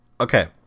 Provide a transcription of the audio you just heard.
okay